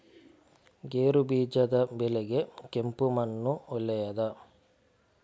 ಗೇರುಬೀಜದ ಬೆಳೆಗೆ ಕೆಂಪು ಮಣ್ಣು ಒಳ್ಳೆಯದಾ?